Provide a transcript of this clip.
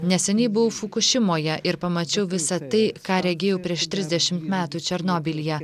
neseniai buvau fukušimoje ir pamačiau visą tai ką regėjau prieš trisdešimt metų černobylyje